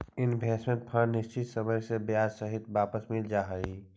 investment fund निश्चित समय में ब्याज सहित वापस मिल जा हई